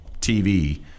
TV